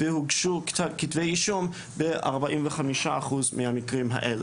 והוגשו כתבי אישום ב-45% מהמקרים האלה.